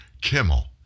Kimmel